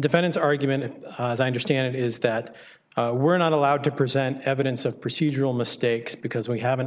defendants argument as i understand it is that we're not allowed to present evidence of procedural mistakes because we haven't